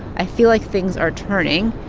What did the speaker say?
i feel like things are turning.